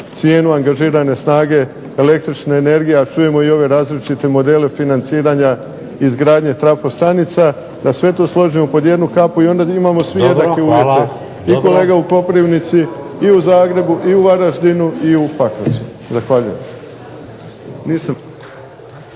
cijenu angažirane snage električne energije, a čujemo i ove različite modele financiranja izgradnje trafostanica, da sve to složimo pod jednu kapu i onda imamo svi jednake uvjete, i kolega u Koprivnici, i u Zagrebu, i u Varaždinu, i u Pakracu. Zahvaljujem.